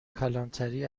کلانتری